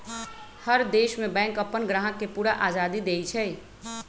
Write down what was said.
हर देश में बैंक अप्पन ग्राहक के पूरा आजादी देई छई